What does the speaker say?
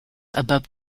above